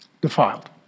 defiled